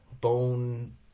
bone